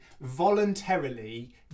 voluntarily